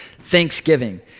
thanksgiving